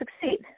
succeed